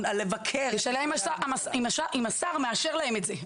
על לבקר --- שאלה אם השר מאשר להם את זה.